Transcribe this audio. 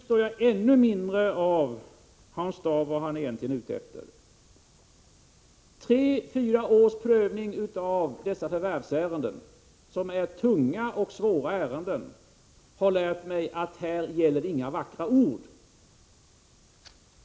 Herr talman! Nu förstår jag ännu mindre vad Hans Dau egentligen är ute efter. Tre fyra års prövning av dessa förvärvsärenden — tunga och svåra ärenden — har lärt mig att här gäller inga vackra ord.